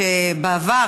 שבעבר,